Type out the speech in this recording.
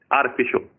artificial